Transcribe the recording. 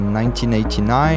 1989